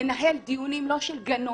לנהל דיונים לא של גנון,